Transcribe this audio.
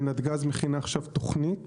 ונתג"ז מכינה עכשיו תוכנית